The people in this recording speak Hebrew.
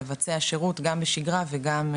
לבצע שירות גם בשגרה וגם בחירום.